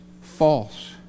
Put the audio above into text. false